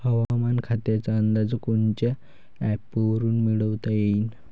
हवामान खात्याचा अंदाज कोनच्या ॲपवरुन मिळवता येईन?